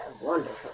wonderful